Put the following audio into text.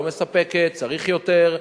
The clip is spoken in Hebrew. לא מספקת, צריך יותר.